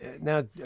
Now